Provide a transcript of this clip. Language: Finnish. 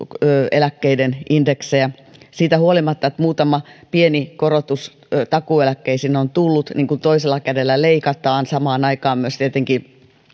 eläkkeiden indeksejä siitä huolimatta että muutama pieni korotus takuueläkkeisiin on tullut niin kun toisella kädellä leikataan samaan aikaan tietenkin